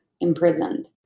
imprisoned